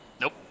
Nope